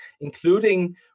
including